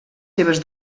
seves